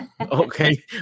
Okay